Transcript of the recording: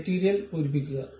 material പൂരിപ്പിക്കുക